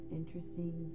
interesting